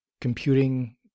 computing